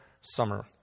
summer